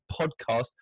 podcast